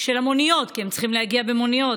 של המוניות, כי הם צריכים להגיע במוניות.